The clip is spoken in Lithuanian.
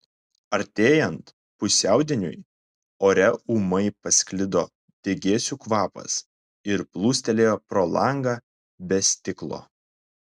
artėjant pusiaudieniui ore ūmai pasklido degėsių kvapas ir plūstelėjo pro langą be stiklo